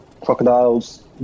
crocodiles